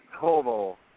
total